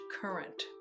current